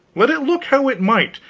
let it look how it might,